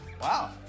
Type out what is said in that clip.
Wow